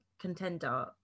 contender